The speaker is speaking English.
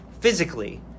physically